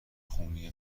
خونی